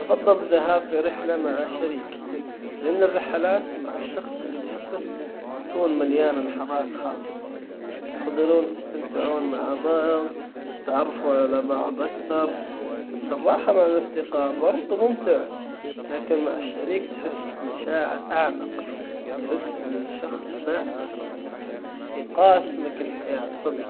أفضل الذهاب في رحلة مع شريكي. لان الرحلات مع الشخص اللي تحبه تكون مليانة لحظات خاص تقدرون تستمتعون مع بعظ تتعرفوا على بعظ اكثر بس الراحة مع الاصدقاء برضو ممتع لكن مع الشريك تحس بمشاعر أعمق وتحس ان الشخص ذا يقاسمك الحياة صدج.